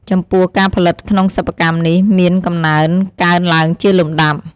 ចំពោះ ការផលិតក្នុងសិប្បកម្មនេះ មានកំណើនកើនឡើងជាលំដាប់។